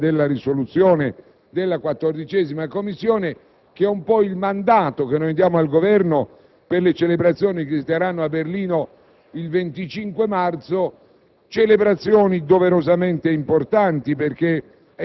processo europeo. Voteremo ovviamente a favore della risoluzione della 14a Commissione, che è un po' il mandato che diamo al Governo per le celebrazioni che si terranno a Berlino il 25 marzo,